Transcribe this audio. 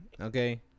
Okay